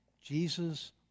Jesus